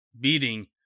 beating